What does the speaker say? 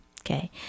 okay